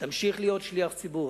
תמשיך להיות שליח ציבור.